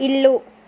ఇల్లు